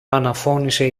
αναφώνησε